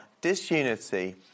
disunity